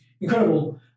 incredible